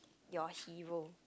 your hero